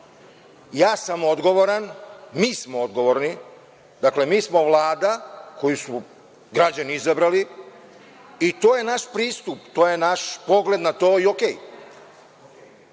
ja sam odgovoran, mi smo odgovorni, dakle, mi smo Vlada koju su građani izabrali, i to je naš pristup, to je naš pogled na to i to je